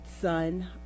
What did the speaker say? son